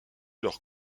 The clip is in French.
leur